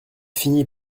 finit